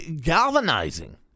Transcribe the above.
galvanizing